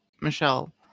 Michelle